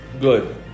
Good